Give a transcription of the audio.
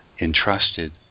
entrusted